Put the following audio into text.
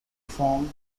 form